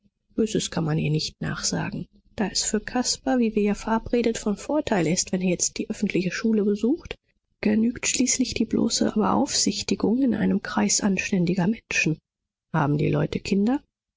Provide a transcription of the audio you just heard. kann man ihr nicht nachsagen da es für caspar wie wir ja verabredet von vorteil ist wenn er jetzt die öffentliche schule besucht genügt schließlich die bloße beaufsichtigung in einem kreis anständiger menschen haben die leute kinder